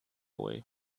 way